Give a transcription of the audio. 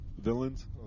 villains